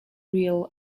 real